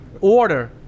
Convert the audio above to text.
order